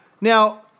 now